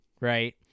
right